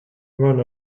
one